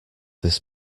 this